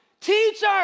teacher